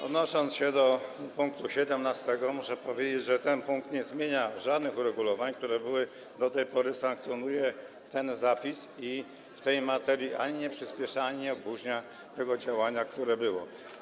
Odnosząc się do punktu 17., muszę powiedzieć, że ten punkt nie zmienia żadnych uregulowań, które były, do tej pory sankcjonuje ten zapis i w tej materii ani nie przyspiesza, ani nie opóźnia tego działania, które było.